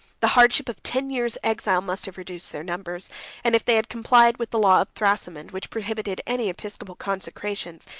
the hardships of ten years' exile must have reduced their numbers and if they had complied with the law of thrasimund, which prohibited any episcopal consecrations,